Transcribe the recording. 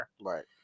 Right